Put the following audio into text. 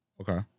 Okay